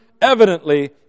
evidently